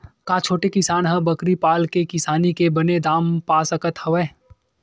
का छोटे किसान ह बकरी पाल के किसानी के बने दाम पा सकत हवय?